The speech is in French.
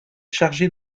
chargé